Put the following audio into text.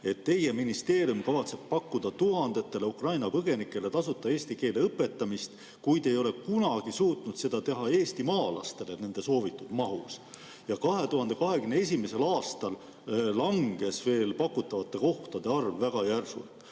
et teie ministeerium kavatseb pakkuda tuhandetele Ukraina põgenikele tasuta eesti keele õpetamist, kuid ei ole kunagi suutnud seda teha eestimaalastele nende soovitud mahus ja 2021. aastal langes pakutavate kohtade arv väga järsult.